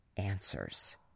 answers